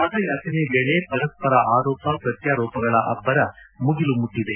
ಮತಯಾಚನೆ ವೇಳೆ ಪರಸ್ಪರ ಆರೋಪ ಪ್ರತ್ಕಾರೋಪಗಳ ಅಬ್ಬರ ಮುಗಿಲು ಮುಟ್ಟದೆ